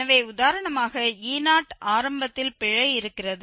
எனவே உதாரணமாக e0 ஆரம்பத்தில் பிழை இருக்கிறது